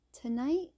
tonight